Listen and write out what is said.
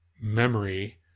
memory